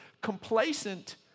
complacent